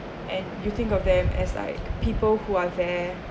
and you think of them as like people who are there